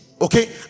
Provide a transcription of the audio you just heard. okay